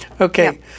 okay